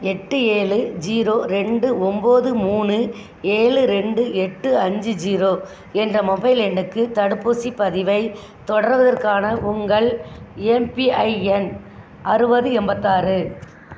எட்டு ஏழு ஜீரோ ரெண்டு ஒன்போது மூணு ஏழு ரெண்டு எட்டு அஞ்சு ஜீரோ என்ற மொபைல் எண்ணுக்கு தடுப்பூசிப் பதிவைத் தொடர்வதற்கான உங்கள் எம்பிஐஎன் அறுபது எண்பத்தாறு